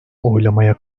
oylamaya